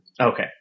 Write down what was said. Okay